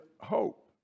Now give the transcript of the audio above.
hope